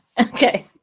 Okay